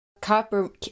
Copper